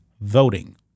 voting